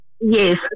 yes